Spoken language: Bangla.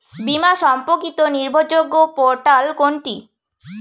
বীমা সম্পর্কিত নির্ভরযোগ্য পোর্টাল কোনটি?